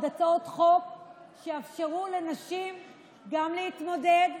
הצעות חוק שיאפשרו לנשים גם להתמודד,